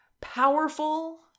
powerful